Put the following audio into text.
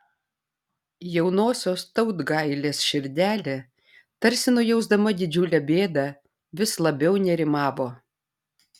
jaunosios tautgailės širdelė tarsi nujausdama didžiulę bėdą vis labiau nerimavo